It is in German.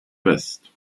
west